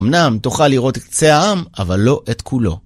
אמנם תוכל לראות את קצה העם, אבל לא את כולו.